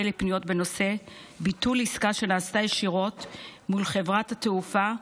לפניות בנושא ביטול עסקה שנעשתה ישירות מול חברת התעופה,